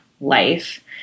life